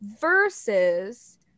versus